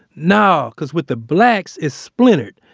naw because with the blacks it's splintered.